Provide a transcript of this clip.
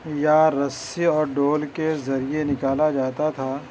یا رسی اور ڈول کے ذریعے نکالا جاتا تھا